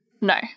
No